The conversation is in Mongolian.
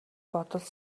бодол